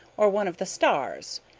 or one of the stars,